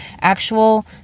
actual